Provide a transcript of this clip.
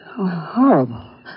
Horrible